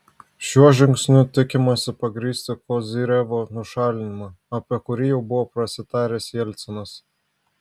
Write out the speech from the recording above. šiuo žingsniu tikimasi pagrįsti kozyrevo nušalinimą apie kurį jau buvo prasitaręs jelcinas